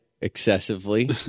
excessively